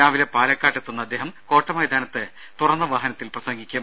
രാവിലെ പാലക്കാട്ട് എത്തുന്ന അദ്ദേഹം കോട്ട മൈതാനത്ത് തുറന്ന വാഹനത്തിൽ പ്രസംഗിക്കും